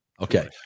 Okay